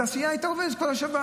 התעשייה הייתה עובדת כל השבת.